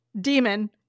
demon